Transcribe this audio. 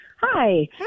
Hi